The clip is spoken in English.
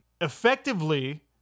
effectively